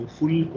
full